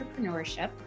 entrepreneurship